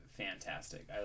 fantastic